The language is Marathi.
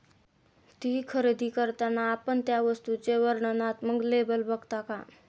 ती खरेदी करताना आपण त्या वस्तूचे वर्णनात्मक लेबल बघता का?